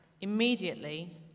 Immediately